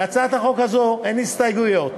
להצעת חוק זו אין הסתייגויות,